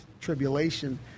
tribulation